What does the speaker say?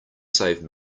save